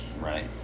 Right